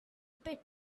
pit